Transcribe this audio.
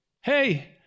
hey